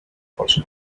tony